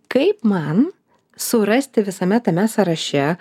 kaip man surasti visame tame sąraše